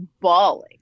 bawling